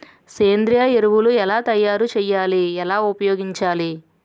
సేంద్రీయ ఎరువులు ఎలా తయారు చేయాలి? ఎలా ఉపయోగించాలీ?